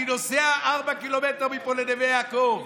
אני נוסע ארבעה ק"מ מפה לנווה יעקב,